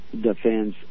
Defense